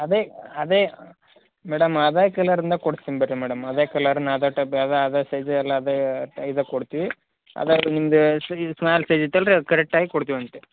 ಅದೇ ಅದೇ ಮೇಡಮ್ ಅದೇ ಕಲ್ಲರಿಂದು ಕೊಡ್ಸ್ತಿನಿ ಬನ್ರಿ ಮೇಡಮ್ ಅದೇ ಕಲ್ಲರ್ನ ಅದೇ ಟೈಪ್ದಾಗ ಅದೇ ಸೈಜೇ ಎಲ್ಲ ಅದೇ ಇದು ಕೊಡ್ತೀವಿ ಅದಲ್ಲದೆ ನಿಮ್ದು ಸ್ಮಾಲ್ ಸೈಜ್ ಇತ್ತಲ್ಲ ರಿ ಅದು ಕರೆಕ್ಟಾಗಿ ಕೊಡ್ತೀವಂತೆ